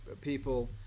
people